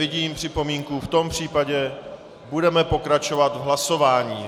Nevidím připomínku, v tom případě budeme pokračovat v hlasování.